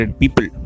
people